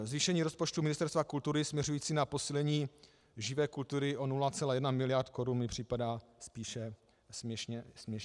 Zvýšení rozpočtu Ministerstva kultury směřující na posílení živé kultury o 0,1 mld. korun mi připadá spíše směšně nízké.